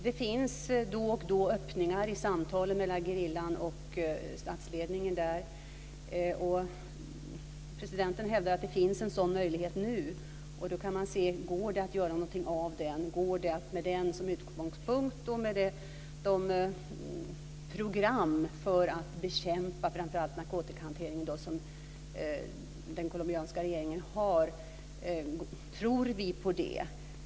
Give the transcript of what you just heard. Det finns då och då öppningar i samtalen mellan gerillan och statsledningen. Presidenten hävdar att det finns en sådan möjlighet nu, och då kan man se om det går att göra någonting av den, med den som utgångspunkt och även med de program för att bekämpa framför allt narkotikahanteringen som den colombianska regeringen har. Tror vi på det?